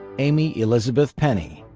amy elizabeth penney.